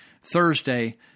Thursday